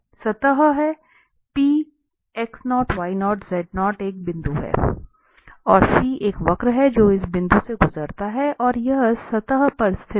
तो यह एक सतह पर एक बिंदु है और C एक वक्र है जो इस बिंदु से गुजरता है और यह सतह पर स्थित है